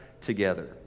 together